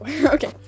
Okay